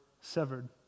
severed